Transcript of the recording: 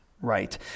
right